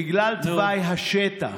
זה בגלל תוואי השטח,